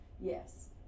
Yes